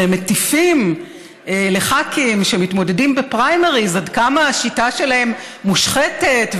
והם מטיפים לח"כים שמתמודדים בפריימריז עד כמה השיטה שלהם מושחתת,